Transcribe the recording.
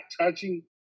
touching